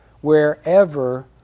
wherever